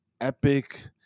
epic